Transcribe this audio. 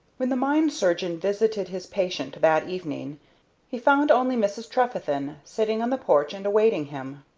when the mine-surgeon visited his patient that evening he found only mrs. trefethen, sitting on the porch and awaiting him,